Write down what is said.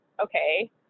okay